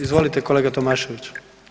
Izvolite kolega Tomašević.